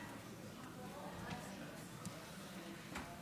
לצערי הרב,